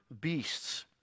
beasts